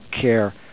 care